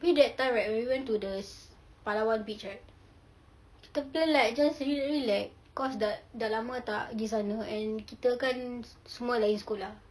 tapi that time right we went to the palawan beach right kita plan like just rilek rilek because dah dah lama tak pergi sana and kita kan semua lain sekolah